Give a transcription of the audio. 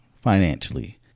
financially